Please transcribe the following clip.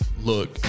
look